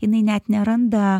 jinai net neranda